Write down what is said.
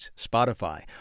Spotify